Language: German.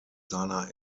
seiner